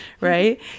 right